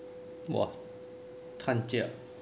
!whoa! tan jiak